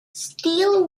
steel